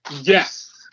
Yes